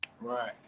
Right